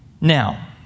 Now